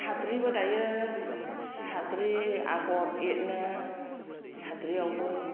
साद्रिबो दायो साद्रि आगर एरो साद्रियावबो